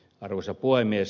arvoisa puhemies